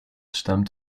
stammt